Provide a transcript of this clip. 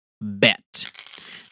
bet